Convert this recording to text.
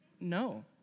No